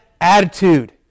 attitude